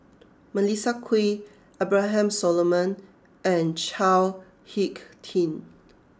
Melissa Kwee Abraham Solomon and Chao Hick Tin